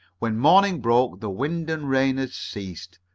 when morning broke the wind and rain had ceased,